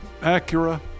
Acura